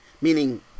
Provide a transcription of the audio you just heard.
Meaning